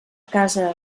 casa